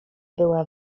była